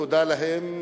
תודה להם,